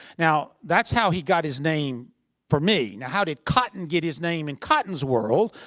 now, that's how he got his name from me. now how did cotton get his name in cotton's world?